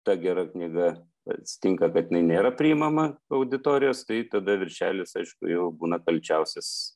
ta gera knyga atsitinka kad jinai nėra priimama auditorijos tai tada viršelis aišku jau būna kalčiausias